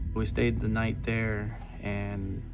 we stayed the night there and,